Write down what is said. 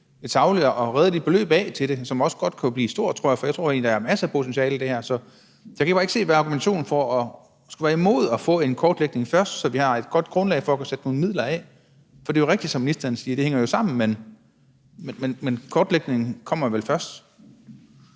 et sagligt og redeligt beløb af til det, som også godt kunne blive et stort beløb, for jeg tror egentlig, der er masser af potentiale i det her. Så jeg kan bare ikke se, hvad argumentationen er for at skulle være imod at få en kortlægning først, så vi har et godt grundlag for at kunne sætte nogle midler af, for det er jo rigtigt, som ministeren siger, at det hænger sammen, men kortlægningen kommer vel først.